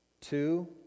Two